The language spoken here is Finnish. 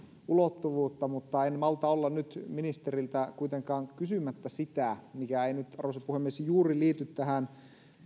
ulottuvuutta mutta en malta olla nyt ministeriltä kuitenkaan kysymättä sitä mikä ei nyt arvoisa puhemies juuri liity tähän